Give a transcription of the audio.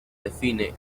define